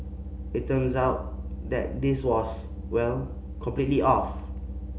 it turns out that this was well completely off